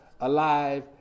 alive